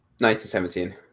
1917